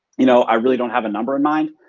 you know, i really don't have a number in mind.